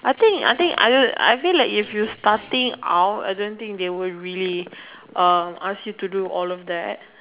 I think I think I know I feel like if you just starting out I don't think they will really uh ask you to do all of that